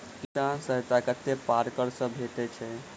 किसान सहायता कतेक पारकर सऽ भेटय छै?